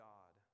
God